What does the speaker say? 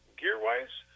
gear-wise